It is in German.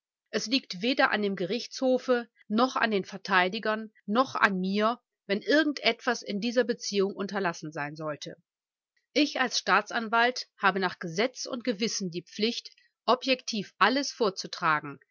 es liegt weder an dem gerichtshofe noch an den verteidigern noch an mir wenn irgend etwas in dieser beziehung unterlassen sein sollte ich als staatsanwalt habe nach gesetz und gewissen die pflicht objektiv alles vorzutragen